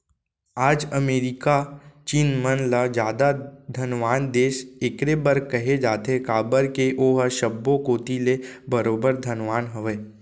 आज अमेरिका चीन मन ल जादा धनवान देस एकरे बर कहे जाथे काबर के ओहा सब्बो कोती ले बरोबर धनवान हवय